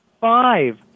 five